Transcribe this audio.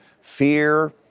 fear